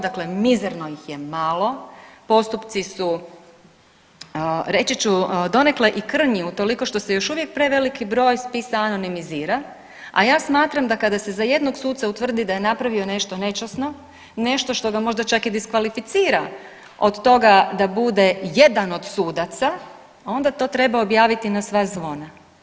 Dakle, mizerno ih je malo, postupci su reći ću donekle i krnji utoliko što se još uvijek preveliki broj spisa anonimizira, a ja smatram da kada se za jednog suca utvrdi da je napravio nešto nečasno, nešto što ga možda čak i diskvalificira od toga da bude jedan od sudaca onda to treba objaviti na sva zvona.